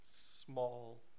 Small